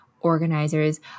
organizers